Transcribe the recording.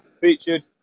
featured